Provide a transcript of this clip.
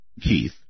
Keith